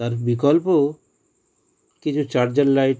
তার বিকল্প কিছু চার্জার লাইট